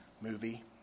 movie